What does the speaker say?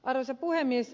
arvoisa puhemies